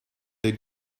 they